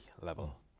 level